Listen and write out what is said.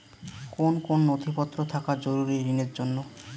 কোন কোন নথিপত্র থাকা জরুরি ঋণের জন্য?